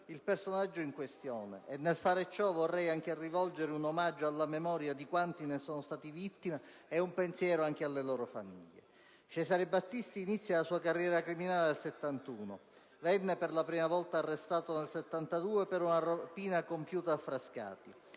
il personaggio in questione. Nel fare ciò vorrei anche rivolgere un omaggio alla memoria di quanti ne sono stati vittime e un pensiero anche alle loro famiglie. Cesare Battisti, inizia la sua carriera criminale nel 1971. Venne per la prima volta arrestato nel 1972 per una rapina compiuta a Frascati.